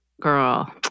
girl